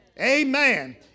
Amen